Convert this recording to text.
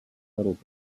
settled